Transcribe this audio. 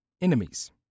enemies